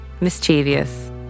mischievous